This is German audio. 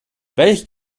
welch